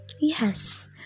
yes